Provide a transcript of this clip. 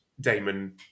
Damon